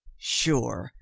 sure,